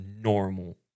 normal